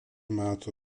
metų